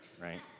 Right